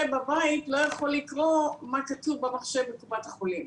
בבית לא יכול לקרוא מה כתוב במחשב בקופת החולים.